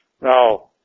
Now